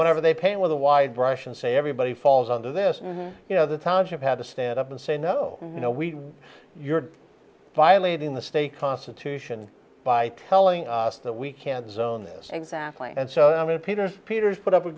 whenever they paint with a wide brush and say everybody falls under this you know the township had to stand up and say no you know we you're violating the stay constitution by telling us that we can't zone this exactly and so on it peters peters put up a